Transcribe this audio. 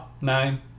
Nine